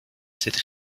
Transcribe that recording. cette